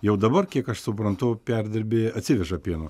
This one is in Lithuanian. jau dabar kiek aš suprantu perdirbėjai atsiveža pieno